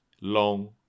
long